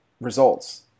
results